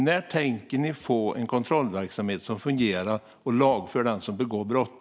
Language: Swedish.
När tänker ni få till en kontrollverksamhet som fungerar och lagför den som begår brott?